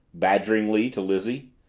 badgeringly, to lizzie.